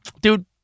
dude